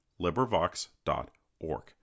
LibriVox.org